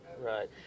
right